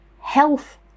health